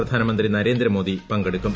പ്രധാനമന്ത്രി നരേന്ദ്രമോദി പങ്കെടുക്കും